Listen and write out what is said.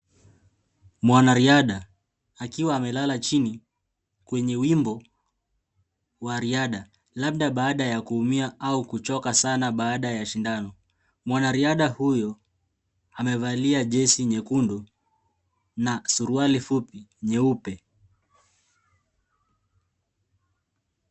Mwanariadha akiwa amelala chini kwenye wimbo wa riadha labda baada ya kuumia au kuchoka sana baada ya shindano. Mwanariadha huyo amevalia jesi nyekundu na suruali fupi nyeupe.